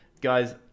Guys